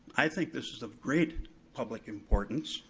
i think this is of great public importance.